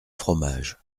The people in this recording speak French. fromage